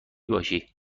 باشی